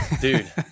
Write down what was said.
Dude